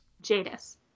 Jadis